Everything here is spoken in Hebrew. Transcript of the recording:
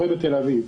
בתל אביב,